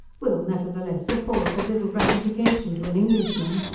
will, nevertheless, afford but little gratification to an englishman,